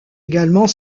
également